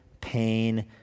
pain